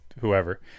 whoever